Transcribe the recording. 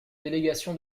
délégation